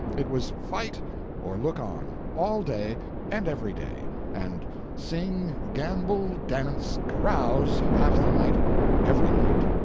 it was fight or look on, all day and every day and sing, gamble, dance, carouse half the night every night.